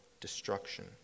destruction